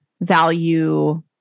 value